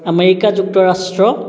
America যুক্তৰাষ্ট্ৰ